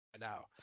now